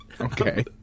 Okay